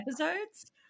episodes